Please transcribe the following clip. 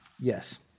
Yes